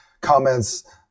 comments